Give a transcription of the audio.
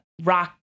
rock